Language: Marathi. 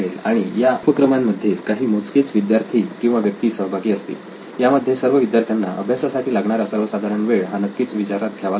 आणि या उपक्रमांमध्ये काही मोजकेच विद्यार्थी किंवा व्यक्ती सहभागी असतील यामध्ये सर्व विद्यार्थ्यांना अभ्यासक्रमासाठी लागणारा सर्वसाधारण वेळ हा नक्कीच विचारात घ्यावा लागेल